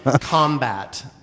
combat